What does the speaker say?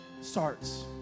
starts